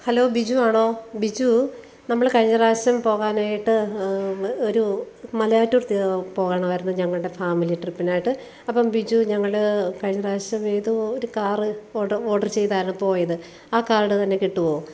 hello ബിജുവാണോ ബിജു നമ്മൾ കഴിഞ്ഞറാശം പോകാനായിട്ട് ഒരു മലയാറ്റൂർ ത് പോകണായിരുന്നു ഞങ്ങളുടെ ഫാമിലി ട്രിപ്പിനായിട്ട് അപ്പം ബിജു ഞങ്ങൾ കഴിഞ്ഞറാശം ഏതോ ഒരു കാറ് ഓഡ് ഓർഡറ് ചെയ്തായിരുന്നു പോയത് ആ കാറ് തന്നെ കിട്ടുവോ